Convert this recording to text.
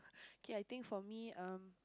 okay I think for me um